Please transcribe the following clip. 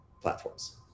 platforms